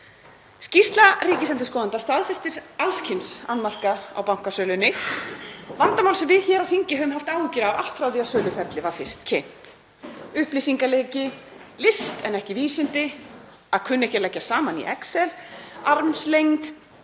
Skýrsla ríkisendurskoðanda staðfestir alls kyns annmarka á bankasölunni og vandamál sem við hér á þingi höfum haft áhyggjur af allt frá því að söluferlið var fyrst kynnt. Upplýsingaleki, list en ekki vísindi, að kunna ekki að leggja saman í excel, armslengd,